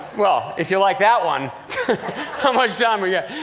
well, if you like that one how much um yeah